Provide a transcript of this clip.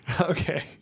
okay